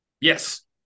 Yes